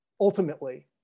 ultimately